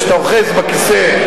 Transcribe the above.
איך שאתה אוחז בכיסא.